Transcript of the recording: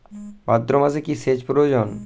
ভাদ্রমাসে কি সেচ প্রয়োজন?